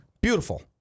Beautiful